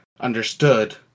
understood